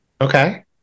okay